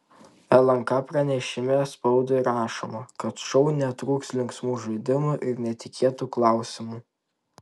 lnk pranešime spaudai rašoma kad šou netrūks linksmų žaidimų ir netikėtų klausimų